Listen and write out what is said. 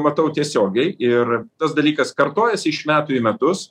matau tiesiogiai ir tas dalykas kartojasi iš metų į metus